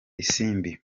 isimbi